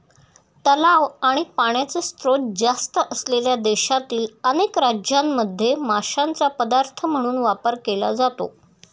तलाव आणि पाण्याचे स्त्रोत जास्त असलेल्या देशातील अनेक राज्यांमध्ये माशांचा पदार्थ म्हणून वापर केला जातो